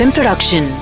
Production